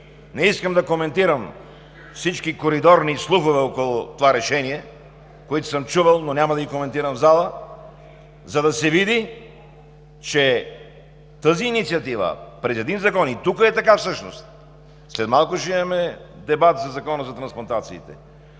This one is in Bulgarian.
Не искам да коментирам всички коридорни слухове около това решение, които съм чувал, но няма да ги коментирам в залата, за да се види, че тази инициатива през един закон – и тук всъщност е така, след малко ще имаме дебат за Закона за трансплантациите.